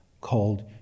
called